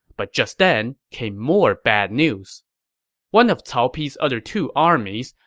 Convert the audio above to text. but just then came more bad news one of cao pi's other two armies,